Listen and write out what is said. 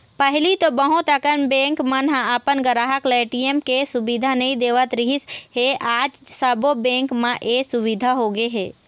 पहिली तो बहुत अकन बेंक मन ह अपन गराहक ल ए.टी.एम के सुबिधा नइ देवत रिहिस हे आज सबो बेंक म ए सुबिधा होगे हे